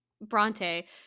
bronte